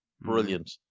brilliant